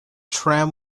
tram